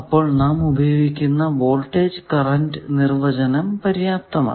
അത്കൊണ്ട് നാം ഉപയോഗിക്കുന്ന വോൾടേജ് കറന്റ് നിർവചനം പര്യാപ്തമാണ്